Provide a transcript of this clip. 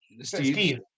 Steve